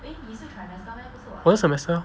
我是 semester